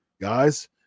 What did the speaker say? guys